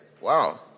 Wow